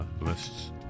lists